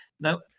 Now